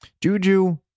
Juju